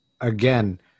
again